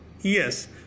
Yes